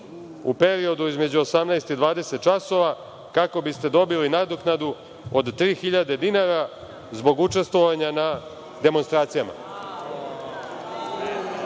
u periodu između 18 i 20 časova kako biste dobili nadoknadu od 3.000 dinara zbog učestvovanja na demonstracijama.